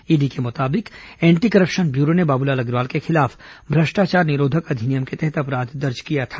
ED के मुताबिक anti corruption bureau ने बाबूलाल अग्रवाल के खिलाफ भ्रष्टाचार निरोधक अधिनियम के तहत अपराध दर्ज किया था